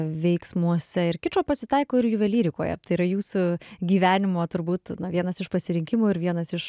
veiksmuose ir kičo pasitaiko ir juvelyrikoje tai yra jūsų gyvenimo turbūt vienas iš pasirinkimų ir vienas iš